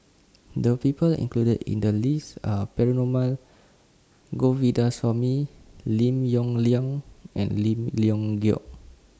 The People included in The list Are Perumal Govindaswamy Lim Yong Liang and Lim Leong Geok